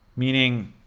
meaning,